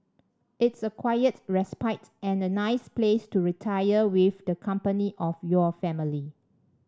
it's a quiet respite and a nice place to retire with the company of your family